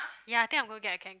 ya I think I'm gonna get a Kanken